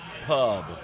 pub